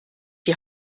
die